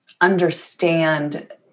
understand